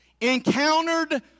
encountered